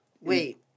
Wait